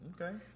okay